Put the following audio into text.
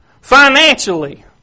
financially